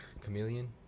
Chameleon